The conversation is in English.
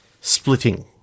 Splitting